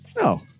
No